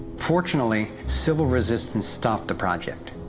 fortunately, civil resistance stopped the project.